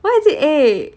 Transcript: why is it a